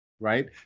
Right